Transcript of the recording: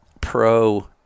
pro